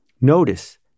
Notice